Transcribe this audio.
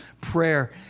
prayer